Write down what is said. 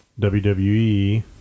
WWE